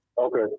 Okay